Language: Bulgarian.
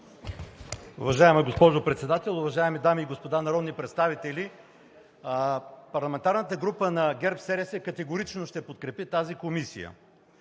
Уважаема госпожо Председател, уважаеми дами и господа народни представители! Парламентарната група на ГЕРБ-СДС категорично ще подкрепи тази комисия.